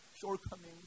shortcomings